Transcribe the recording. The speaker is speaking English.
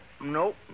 nope